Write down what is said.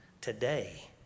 today